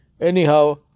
anyhow